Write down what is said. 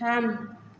थाम